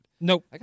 Nope